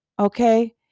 Okay